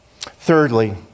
Thirdly